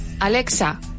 Alexa